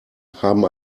haben